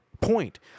point